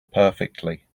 perfectly